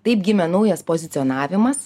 taip gimė naujas pozicionavimas